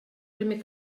primer